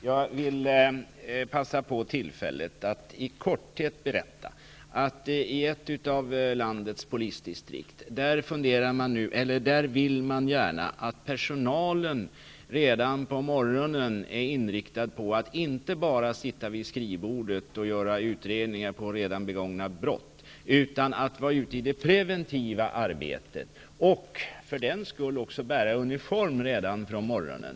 Jag vill passa på tillfället att i korthet berätta att man i ett av landets polisdistrikt gärna vill att personalen redan på morgonen är inriktad på att inte bara sitta vid skrivbordet och göra utredningar om redan begångna brott utan också på att vara ute i det preventiva arbetet och av den anledningen bära uniform redan från morgonen.